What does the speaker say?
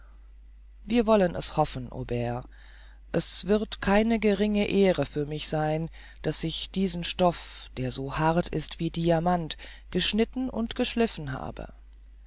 wir wollen es hoffen aubert es wird keine geringe ehre für mich sein daß ich diesen stoff der so hart ist wie diamant geschnitten und geschliffen habe